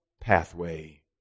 pathway